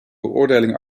beoordeling